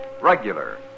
regular